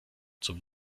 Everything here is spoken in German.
zum